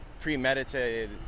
premeditated